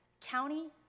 county